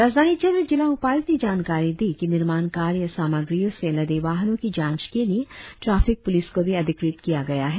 राजधानी क्षेत्र जिला उपायुक्त ने जानकारी दी की निर्माण कार्य सामग्रियों से लदे वाहनों की जांच के लिए ट्राफिक पुलिस को भी अधिकृत किया गया है